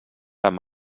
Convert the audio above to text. amb